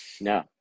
No